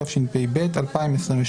התשפ"ב-2022